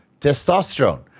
testosterone